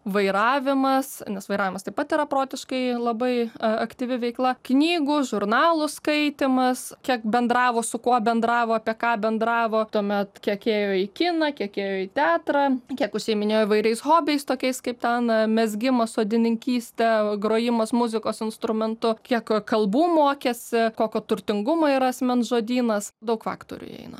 vairavimas nes vairavimas taip pat yra protiškai labai aktyvi veikla knygų žurnalų skaitymas kiek bendravo su kuo bendravo apie ką bendravo tuomet kiek ėjo į kiną kiek ėjo į teatrą kiek užsiiminėjo įvairiais hobiais tokiais kaip ten mezgimas sodininkystė grojimas muzikos instrumentu kiek ka kalbų mokėsi kokio turtingumo yra asmens žodynas daug faktorių įeina